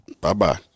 Bye-bye